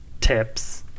tips